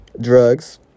Drugs